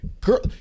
girl